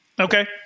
Okay